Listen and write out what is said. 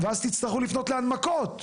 ואז תצטרכו לפנות להנמקות.